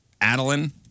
Adeline